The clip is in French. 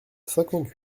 cinquante